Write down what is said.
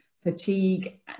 fatigue